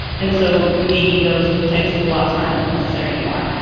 and so maybe those types of blogs aren't as necessary anymore.